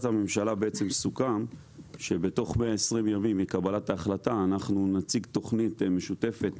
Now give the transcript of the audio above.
הממשלה סוכם שתוך 20 ימים מקבלת ההחלטה אנחנו נציג תכנית משותפת,